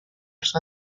los